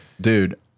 Dude